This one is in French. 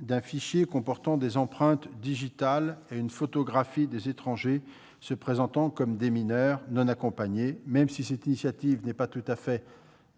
d'un fichier comportant les empreintes digitales et une photographie des étrangers se présentant comme des mineurs non accompagnés, même si cette initiative n'est pas tout à fait